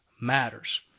matters